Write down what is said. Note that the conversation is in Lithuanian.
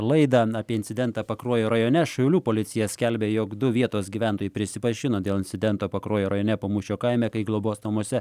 laidą apie incidentą pakruojo rajone šiaulių policija skelbia jog du vietos gyventojai prisipažino dėl incidento pakruojo rajone pamūšio kaime kai globos namuose